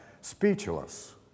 speechless